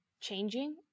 changing